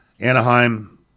Anaheim